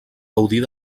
gaudir